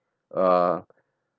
ah